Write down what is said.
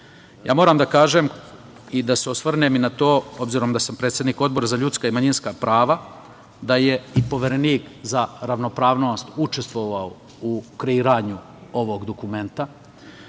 tekst. Moram da kažem i da se osvrnem i na to, obzirom da sam predsednik Odbora za ljudska i manjinska prava, da je i Poverenik za ravnopravnost učestvovao u kreiranju ovog dokumenta